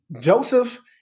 Joseph